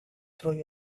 through